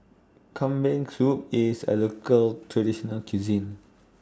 Kambing Soup IS A Local Traditional Cuisine